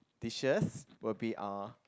dishes would be uh